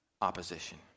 opposition